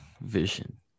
Vision